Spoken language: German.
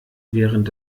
während